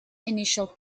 initial